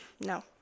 No